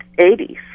80s